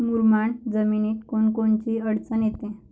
मुरमाड जमीनीत कोनकोनची अडचन येते?